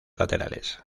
laterales